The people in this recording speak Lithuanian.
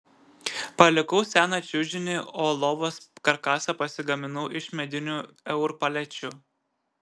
palikau seną čiužinį o lovos karkasą pasigaminau iš medinių eur palečių